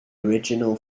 original